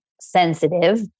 sensitive